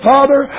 Father